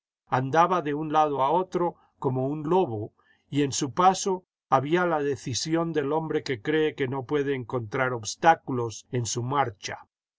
andaba de un lado a otro como un lobo y en su paso había la decisión del hombre que cree que no puede encontrar obstáculos en su marcha